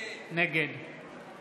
נגד